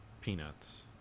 peanuts